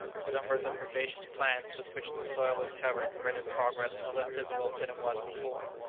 the numbers of herbaceous plants with which the soil was covered rendered progress no less difficult than it was before.